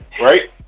right